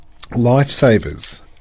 Lifesavers